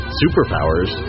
superpowers